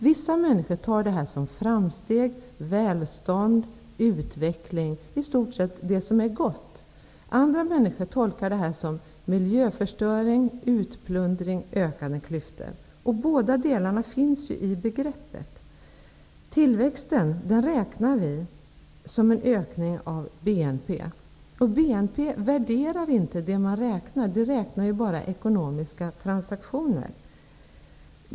Vissa människor uppfattar det här som framsteg, välstånd och utveckling -- alltså i stor utsträckning som något som är gott. Andra människor tolkar detta som miljöförstöring, utplundring och ökade klyftor. Båda delarna finns ju i begreppet. Tillväxten räknar vi som en ökning av BNP. Men BNP värderar inte det man räknar, utan räknar bara ekonomiska transaktioner.